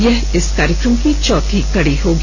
यह इस कार्यक्रम की चौथी कड़ी होगी